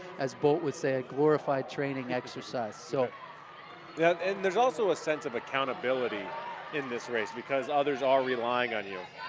as bolt would say, a glorified training exercise. so will yeah and there's also a sense of accountability in this race because others are relying on you.